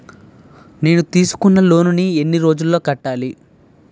నేను తీసుకున్న లోన్ నీ ఎన్ని రోజుల్లో కట్టాలి?